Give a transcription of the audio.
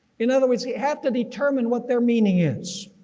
in other words, we have to determine what their meaning is.